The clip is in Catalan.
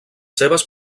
seves